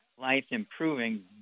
life-improving